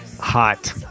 hot